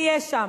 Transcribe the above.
נהיה שם.